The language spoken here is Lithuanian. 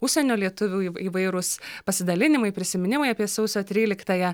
užsienio lietuvių įv įvairūs pasidalinimai prisiminimai apie sausio tryliktąją